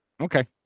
Okay